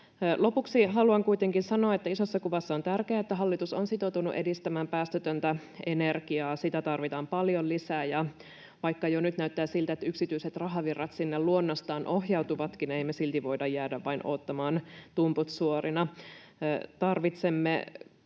Lopuksi haluan kuitenkin sanoa, että isossa kuvassa on tärkeää, että hallitus on sitoutunut edistämään päästötöntä energiaa. Sitä tarvitaan paljon lisää. Ja vaikka jo nyt näyttää siltä, että yksityiset rahavirrat sinne luonnostaan ohjautuvatkin, ei me silti voida jäädä vain odottamaan tumput suorina. Tarvitsemme